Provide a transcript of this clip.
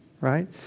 right